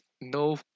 no